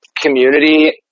community